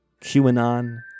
QAnon